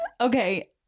Okay